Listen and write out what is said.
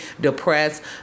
depressed